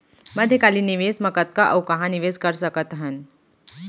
मध्यकालीन निवेश म कतना अऊ कहाँ निवेश कर सकत हन?